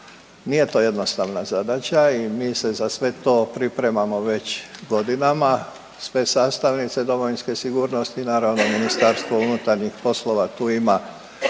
Nije to jednostavna zadaća i mi se za sve to pripremamo već godinama. Sve sastavnice domovinske sigurnosti. Naravno MUP tu ima i u skladu sa